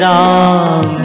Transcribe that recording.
Ram